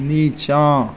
नीचाँ